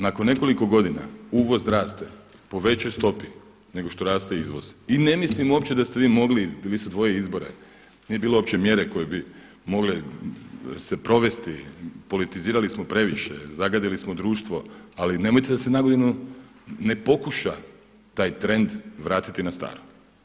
Nakon nekoliko godina uvoz raste po većoj stopi nego što raste izvoz i ne mislim opće da ste vi mogli, bili su dvoji izbori, nije bilo uopće mjere koju bi mogle se provesti, politizirali smo previše, zagadili smo društvo, ali nemojte da se na godinu ne pokuša taj trend vratiti na staro.